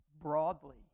broadly